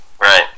right